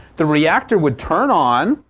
the reactor would turn on,